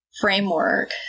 framework